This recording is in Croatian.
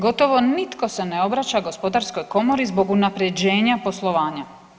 Gotovo nitko se ne obraća gospodarskoj komori zbog unapređen ja poslovanja.